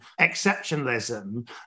exceptionalism